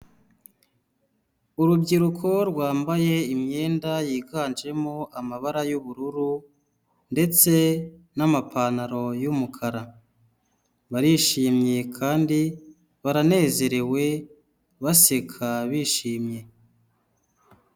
Urubyiruko rwambaye imyenda yiganjemo amabara y'ubururu ndetse n'amapantaro y'umukara barishimye kandi baranezerewe baseka bishimye.